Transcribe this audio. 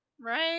Right